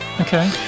Okay